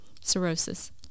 cirrhosis